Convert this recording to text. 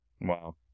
Wow